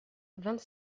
vingt